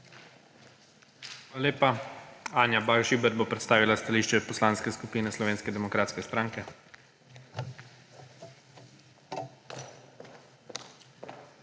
Hvala lepa. Anja Bah Žibert bo predstavila stališče Poslanske skupine Slovenske demokratske stranke.